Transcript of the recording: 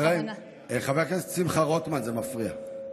חבר הכנסת שמחה רוטמן, זה מפריע.